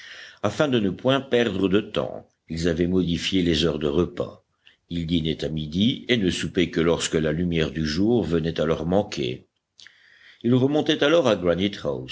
afin de ne point perdre de temps ils avaient modifié les heures de repas ils dînaient à midi et ne soupaient que lorsque la lumière du jour venait à leur manquer ils remontaient alors à